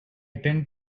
tend